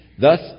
thus